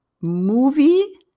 movie